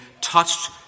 touched